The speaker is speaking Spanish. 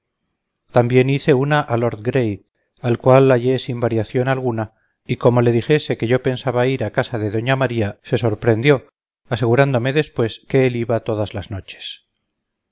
también hice una a lord gray al cual hallé sin variación alguna y como le dijese que yo pensaba ir a casa de doña maría se sorprendió asegurándome después que él iba todas las noches